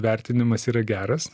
vertinimas yra geras